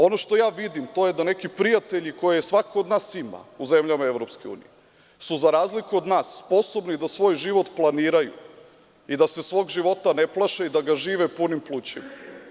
Ono što ja vidim to je da neki prijatelji koje svako od nas ima u zemljama EU su za razliku od nas sposobni da svoj život planiraju i da se svog života ne plaše i da ga žive punim plućima.